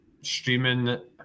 streaming